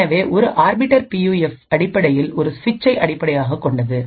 எனவே ஒரு arbiter PUF அடிப்படையில் ஒரு சுவிட்சை அடிப்படையாகக் கொண்டது